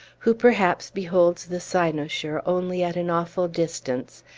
who perhaps beholds the cynosure only at an awful distance,